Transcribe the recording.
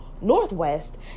northwest